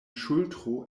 ŝultro